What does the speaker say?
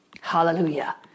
hallelujah